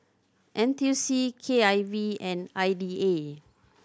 N T U C K I V and I D A